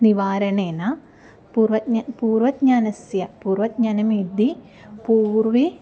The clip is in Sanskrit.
निवारणेन पूर्वज्ञानं पूर्वज्ञानस्य पूर्वज्ञानं यदि पूर्वं